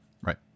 Right